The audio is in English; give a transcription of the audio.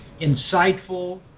insightful